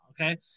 okay